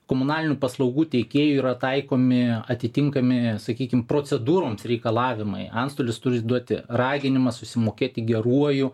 komunalinių paslaugų teikėjui yra taikomi atitinkami sakykim procedūroms reikalavimai antstolis turi duoti raginimą susimokėti geruoju